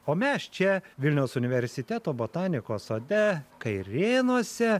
o mes čia vilniaus universiteto botanikos sode kairėnuose